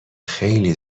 خیلی